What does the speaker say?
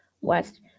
West